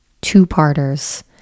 two-parters